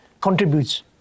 contributes